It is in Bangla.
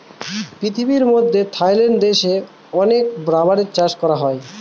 পৃথিবীর মধ্যে থাইল্যান্ড দেশে অনেক রাবার চাষ করা হয়